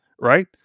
right